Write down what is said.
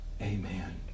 amen